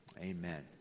Amen